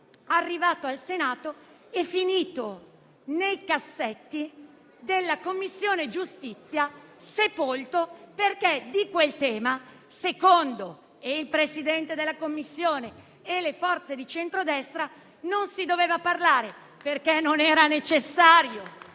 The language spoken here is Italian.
Arrivato in Senato, è finito nei cassetti della Commissione giustizia ed è stato sepolto perché, secondo il Presidente della Commissione e le forze di centrodestra, del tema non si doveva parlare perché non era necessario,